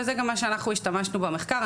וזה גם מה שאנחנו השתמשנו במחקר.